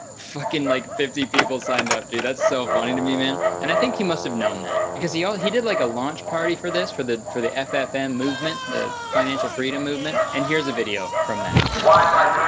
fucking like fifty people signed up, dude. that's so funny to me, man. and i think he must've known that, because he yeah he did like a launch party for this, for the for the ffm movement, the financial freedom movement. and here's a video from that. why